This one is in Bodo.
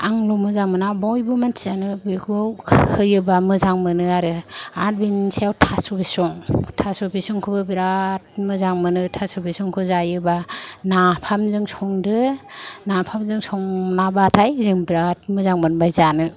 आंल' मोजां मोना बयबो मानसियानो बेखौ होयोबा मोजां मोनो आरो आरो बिनि सायाव थास' बिसं थास' बिसंखौबो बिराद मोजां मोनो थास' बिसंखौ जायोबा नाफामजों संदो नाफामजों संनाबाथाय जों बिराद मोजां मोनबाय जानो